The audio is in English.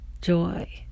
joy